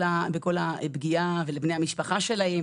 מה שקשור בפגיעה וגם לבני המשפחה שלהם.